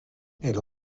elles